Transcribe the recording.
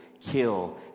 kill